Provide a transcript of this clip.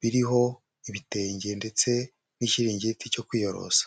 biriho ibitenge ndetse n'ikiringiti cyo kwiyorosa.